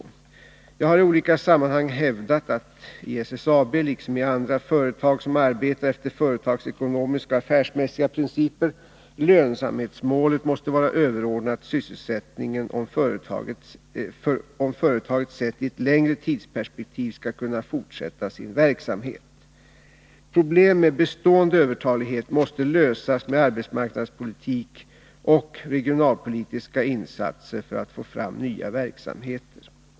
Fredagen den Jag har i olika sammanhang hävdat att i SSAB, liksom i andra företag som 27 november 1981 arbetar efter företagsekonomiska och affärsmässiga principer, lönsamhets målet måste vara överordnat sysselsättningen om företaget sett i ett längre Om SSAB:s verktidsperspektiv skall kunna fortsätta sin verksamhet. Problem med bestående övertalighet måste lösas med arbetsmarknadspolitik och regionalpolitiska insatser för att få fram nya verksamheter.